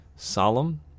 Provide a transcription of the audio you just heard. Solemn